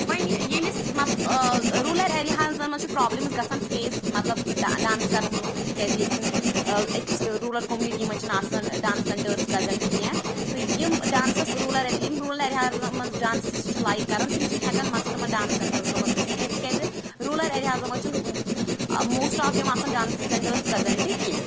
ونۍ ییٚمِس مَطلَ رورَل ایریازَن مَنٛز چھِ پرابلم گَژھان فیس مَطلَب ڈانس کَرنَس مَنزے تکیاز ییٚتہِ چھِ نہٕ أکِس روٗرَل کوٚمنٹی چھ نہٕ آسان ڈانسِنٛگ سیٚنٹٲرٕس پریٚزنٹ کینٛہہ تہٕ یم ڈانسَس روٗرل یم روٗرل ایریازَن مَنٛز ڈانس چھِ لایک کران تِم چھِ نہٕ ہیٚکان مان ژٕ تمن ڈانس سیٚنٹرسن مَنٛز گٔژھِتھ کینٛہہ تکیازِ روٗرل ایریازَن مَنٛز چھ نہٕ موسٹ آف دیٚم آسان ڈانسِنٛگ سیٚنٹٲرٕس پریٚزنٹ کینٛہہ